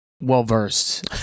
well-versed